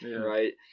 right